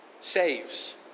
saves